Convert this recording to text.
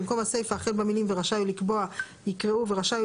במקום הסיפה החל במילים "ורשאי הוא לקבוע" יקראו "ורשאי הוא